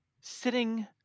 sitting